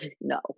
No